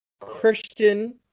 Christian